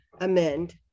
amend